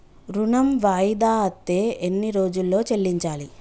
ఋణం వాయిదా అత్తే ఎన్ని రోజుల్లో చెల్లించాలి?